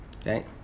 Okay